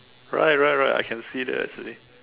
right right right I can see that actually